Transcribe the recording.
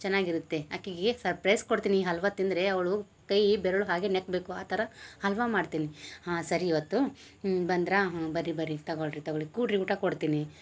ಚೆನ್ನಾಗಿರುತ್ತೆ ಆಕಿಗೆ ಸರ್ಪ್ರೈಸ್ ಕೊಡ್ತೀನಿ ಹಲ್ವ ತಿಂದರೆ ಅವಳು ಕೈ ಬೆರಳು ಹಾಗೆ ನೆಕ್ಬೇಕು ಆ ಥರ ಹಲ್ವ ಮಾಡ್ತೀನಿ ಹಾ ಸರಿ ಇವತ್ತು ಹ್ಞೂ ಬಂದ್ರಾ ಹ್ಞೂ ಬರ್ರಿ ಬರ್ರಿ ತೊಗೊಳ್ರಿ ತೊಗೊಳಿ ಕೂಡ್ರಿ ಊಟ ಕೊಡ್ತೀನಿ